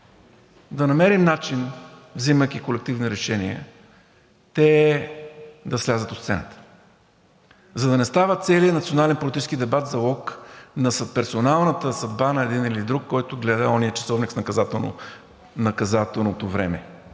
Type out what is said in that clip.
да намерим начин, взимайки колективни решения, те да слязат от сцената, за да не става целият национален политически дебат залог на персоналната съдба на един или друг, който гледа оня часовник с наказателното време,